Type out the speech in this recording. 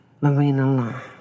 marina